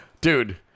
dude